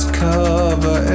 cover